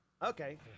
Okay